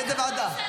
לאיזו ועדה?